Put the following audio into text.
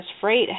Freight